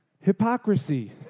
Hypocrisy